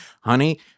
honey